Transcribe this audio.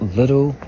little